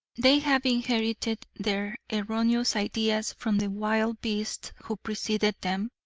they have inherited their erroneous ideas from the wild beasts who preceded them,